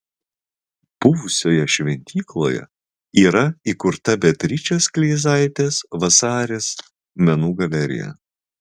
buvusioje šventykloje yra įkurta beatričės kleizaitės vasaris menų galerija